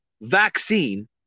vaccine